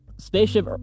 Spaceship